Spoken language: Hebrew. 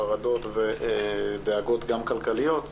חרדות ודאגות גם כלכליות,